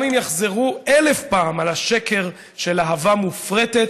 גם אם יחזרו אלף פעם על השקר שלהב"ה מופרטת